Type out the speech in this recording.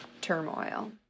turmoil